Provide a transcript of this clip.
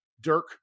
Dirk